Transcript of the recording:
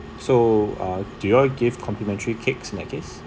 so uh do you all give complimentary cakes in that case